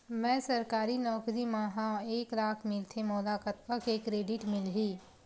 मैं सरकारी नौकरी मा हाव एक लाख मिलथे मोला कतका के क्रेडिट मिलही?